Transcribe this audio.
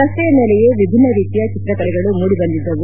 ರಸ್ತೆಯ ಮೇಲೆಯೇ ವಿಭಿನ್ನ ರೀತಿಯ ಚಿಕ್ರಕಲೆಗಳು ಮೂಡಿಬಂದಿದ್ದವು